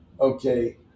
okay